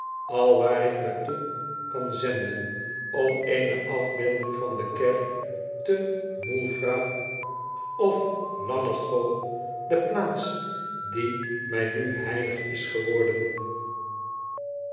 alwaar ik naar toe kan zenden om eene afbeelding van de kerk te mo elf ra of llanallgo de plaats die mij nu heilig is geworden